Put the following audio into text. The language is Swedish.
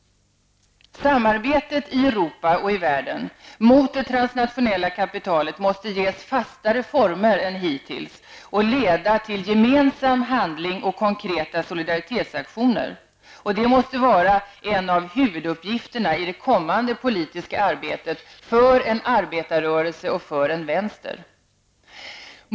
Samarbetet i Europa och i världen mot det transnationella kapitalet måste ges fastare former än hittills och leda till gemensam handling och konkreta solidaritetsaktioner. Det måste vara en av huvuduppgifterna i det kommande politiska arbetet för en arbetarrörelse och en vänster.